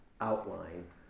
outline